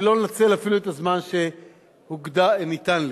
ולא לנצל אפילו את הזמן שניתן לי.